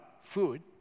food